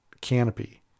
canopy